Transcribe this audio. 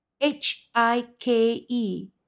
h-i-k-e